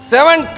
Seven